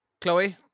Chloe